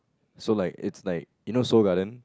so like it's like you know Seoul-Garden